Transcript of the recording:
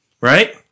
right